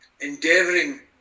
endeavouring